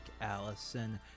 Allison